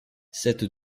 cette